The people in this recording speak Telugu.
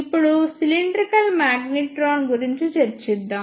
ఇప్పుడు సిలిండ్రికల్ మాగ్నెట్రాన్ గురించి చర్చిద్దాం